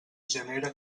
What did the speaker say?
genera